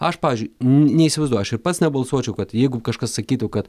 aš pavyzdžiui neįsivaizduoju ir pats nebalsuočiau kad jeigu kažkas sakytų kad